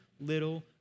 little